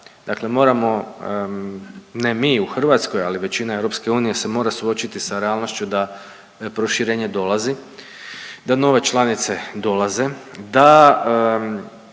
dakle moramo, ne mi u Hrvatskoj, ali većina EU se mora suočiti sa realnošću da proširenje dolazi, da nove članice dolaze, da